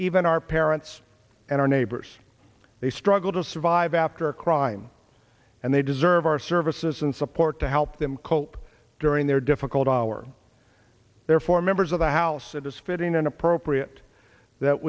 even our parents and our neighbors they struggle to survive after a crime and they deserve our services and support to help them cope during their difficult hour their four members of the house it is fitting and appropriate that